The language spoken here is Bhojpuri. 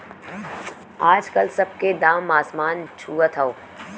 आजकल सब के दाम असमान छुअत हौ